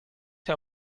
her